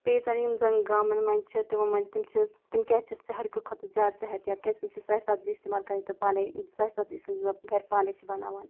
بیٚیہِ زَن یِم زَن گامَن منٛز چھِ تِمو منٛز تِم چھِ تِم کیٛازِ چھِ شہرکیو کھۄتہٕ زیادٕ صحتیاب کیٛازِ تِم چھِ سوے سبزِیہِ استعمال کَرٕنۍ تہٕ پانَے سوے سبزی گَرِ پانَے چھِ بَناوان